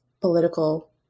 political